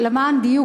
למען הדיוק,